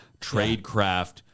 tradecraft